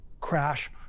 crash